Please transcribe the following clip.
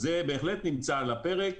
אז זה בהחלט נמצא על הפרק.